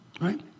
right